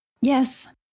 yes